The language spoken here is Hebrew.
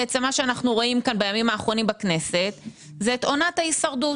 מה שאנחנו רואים כאן בימים האחרונים בכנסת זה את עונת ההישרדות.